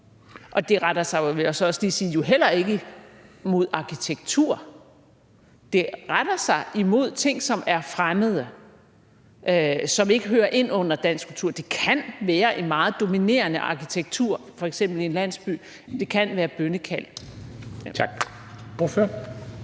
ikke retter sig mod arkitektur. Det retter sig mod ting, som er fremmede, som ikke hører ind under dansk kultur. Det kan f.eks. dreje sig om en meget dominerende arkitektur, f.eks. i en landsby, og det kan også dreje sig